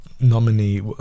nominee